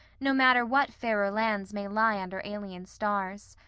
no matter what fairer lands may lie under alien stars.